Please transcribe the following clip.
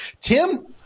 Tim